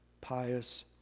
pious